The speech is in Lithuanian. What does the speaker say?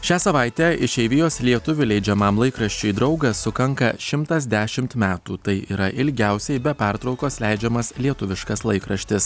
šią savaitę išeivijos lietuvių leidžiamam laikraščiui draugas sukanka šimtas dešimt metų tai yra ilgiausiai be pertraukos leidžiamas lietuviškas laikraštis